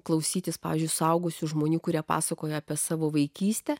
klausytis pavyzdžiui suaugusių žmonių kurie pasakojo apie savo vaikystę